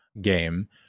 game